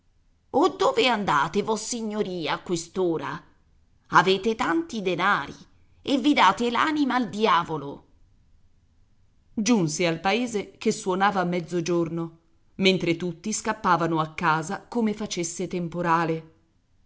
dove andate vossignoria a quest'ora avete tanti denari e vi date l'anima al diavolo giunse al paese che suonava mezzogiorno mentre tutti scappavano a casa come facesse temporale